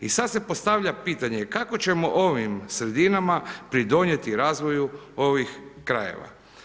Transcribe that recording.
I sad se postavlja pitanje kako ćemo ovim sredinama pridonijeti razvoju ovih krajeva?